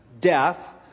death